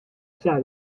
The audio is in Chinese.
辖下